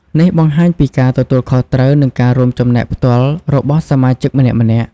នេះបង្ហាញពីការទទួលខុសត្រូវ និងការរួមចំណែកផ្ទាល់របស់សមាជិកម្នាក់ៗ។